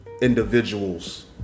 individuals